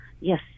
yes